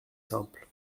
simple